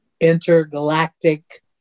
intergalactic